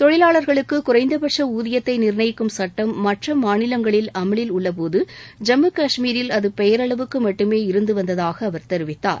தொழிலாளர்களுக்கு குறைந்தபட்ச ஊதியத்தை நிர்ணயிக்கும் சட்டம் மற்ற மாநிலங்களில் அமலில் உள்ளபோது ஜம்மு காஷ்மீரில் அது பெயரளவுக்கு மட்டுமே இருந்து வந்ததாக அவர் தெரிவித்தார்